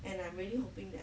and I'm really hoping that